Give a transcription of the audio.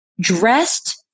dressed